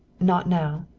not now.